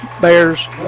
Bears